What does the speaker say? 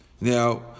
Now